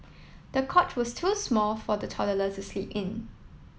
the cot was too small for the toddlers to sleep in